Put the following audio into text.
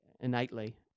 innately